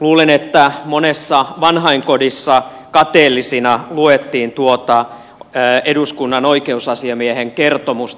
luulen että monessa vanhainkodissa kateellisina luettiin tuota eduskunnan oikeusasiamiehen kertomusta